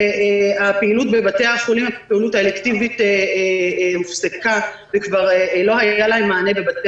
כשהפעילות האלקטיבית בבתי החולים הופסקה וכבר לא היה להם מענה בבתי